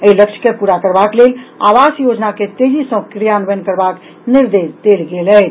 एहि लक्ष्य के पूरा करबाक लेल आवास योजना के तेजी सॅ क्रियान्वयन करबाक निर्देश देल गेल अछि